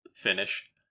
finish